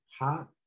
hot